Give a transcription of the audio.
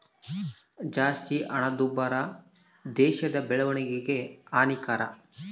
ಜಾಸ್ತಿ ಹಣದುಬ್ಬರ ದೇಶದ ಬೆಳವಣಿಗೆಗೆ ಹಾನಿಕರ